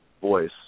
voice